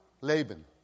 Laban